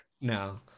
No